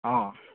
অঁ